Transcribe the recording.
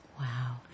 Wow